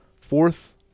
Fourth